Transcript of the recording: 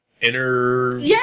inner